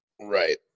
Right